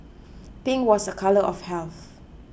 pink was a colour of health